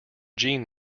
jeanne